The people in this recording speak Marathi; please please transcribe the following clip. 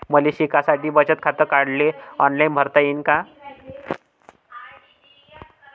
मले शिकासाठी बचत खात काढाले ऑनलाईन फारम भरता येईन का?